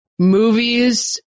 movies